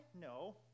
No